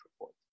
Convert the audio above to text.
report